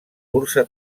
cursa